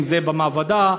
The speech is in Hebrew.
אם במעבדה,